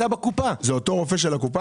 זה אותו רופא של הקופה.